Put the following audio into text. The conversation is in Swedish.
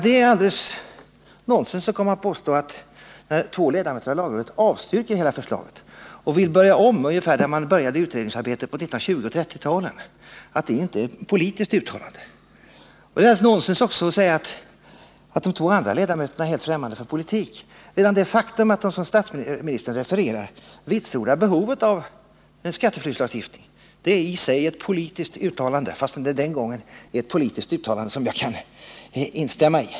Det är nonsens att påstå att, när två ledamöter av lagrådet avstyrker hela förslaget och vill börja om ungefär där man började i utredningsarbetet på 1920 och 1930-talen, det inte är ett politiskt uttalande. Det är också nonsens att säga att de två andra ledamöterna är helt främmande för politik. Redan det faktum att de, som statsministern refererar, vitsordar behovet av en skatteflyktslagstiftning är i sig ett politiskt uttalande — fast det den gången är ett politiskt uttalande som jag kan instämma i.